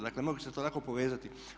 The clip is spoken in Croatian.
Dakle, mogli ste to lako povezati.